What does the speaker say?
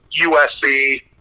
USC